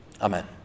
Amen